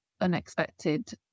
unexpected